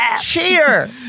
Cheer